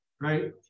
right